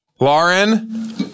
Lauren